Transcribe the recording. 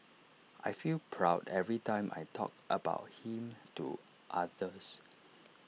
I feel proud every time I talk about him to others